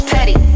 Petty